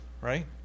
right